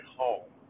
home